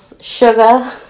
sugar